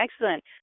excellent